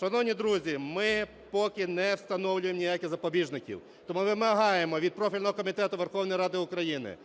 Шановні друзі, ми поки не встановлюємо ніяких запобіжників. Тому вимагаємо від профільного комітету Верховної Ради України